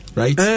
right